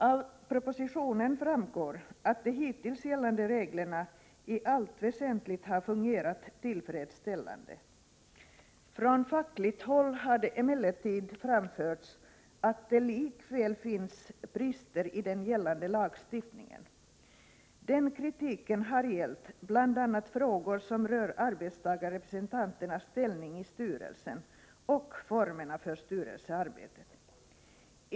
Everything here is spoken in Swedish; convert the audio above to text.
Av propositionen framgår att de hittills gällande reglerna i allt väsentligt har fungerat tillfredsställande. Från fackligt håll har det emellertid framförts att det likväl finns brister i den gällande lagstiftningen. Den kritiken har gällt bl.a. frågor som rör arbetstagarrepresentanternas ställning i styrelsen och formerna för styrelsearbetet.